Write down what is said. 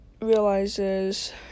realizes